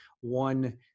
one